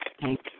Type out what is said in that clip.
Thank